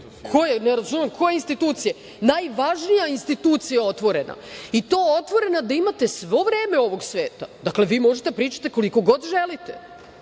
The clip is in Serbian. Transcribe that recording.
koje institucije? Najvažnija institucija je otvorena i to otvorena da imate svo vreme ovog sveta. Dakle, vi možete pričati koliko god želite